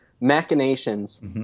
machinations